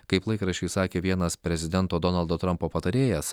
kaip laikraščiui sakė vienas prezidento donaldo trampo patarėjas